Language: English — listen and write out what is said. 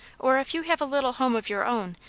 or if you have a little home of your own,